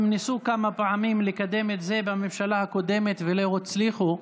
הם ניסו כמה פעמים לקדם את זה בממשלה הקודמת ולא הצליחו,